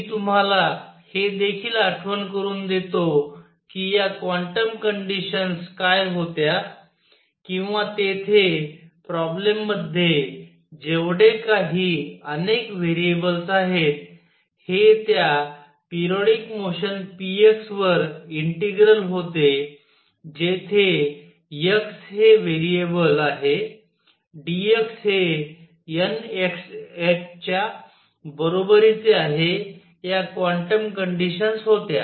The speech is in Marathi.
मी तुम्हाला हे देखील आठवण करून देतो की या क्वांटम कंडिशन्स काय होत्या किंवा तेथे प्रॉब्लेम मध्ये जेवढे काही अनेक व्हेरिएबल्स आहेत हे त्या पेरियॉडिक मोशन px वर इंटिग्रल होते जेथे x हे व्हेरिएबल आहे dx हे nx h च्या बरोबरीचे आहे या क्वांटम कंडिशन्स होत्या